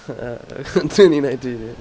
ah twenty nineteen ya